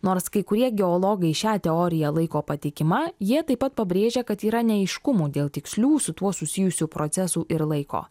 nors kai kurie geologai šią teoriją laiko patikima jie taip pat pabrėžia kad yra neaiškumų dėl tikslių su tuo susijusių procesų ir laiko